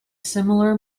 similar